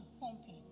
pumping